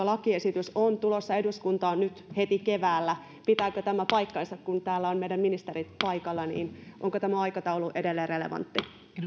lakiesitys on tulossa eduskuntaan nyt heti keväällä pitääkö tämä paikkansa kun täällä on meidän ministerit paikalla onko tämä aikataulu edelleen relevantti